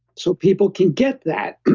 so, people can get that,